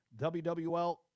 WWL